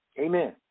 Amen